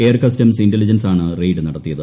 air customs intelligence ആണ് raid നടത്തിയത്